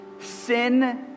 sin